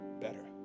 better